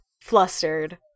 flustered